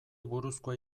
buruzkoa